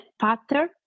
pattern